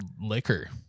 Liquor